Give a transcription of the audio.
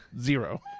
Zero